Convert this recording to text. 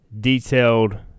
detailed –